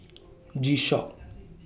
G Shock